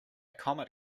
comet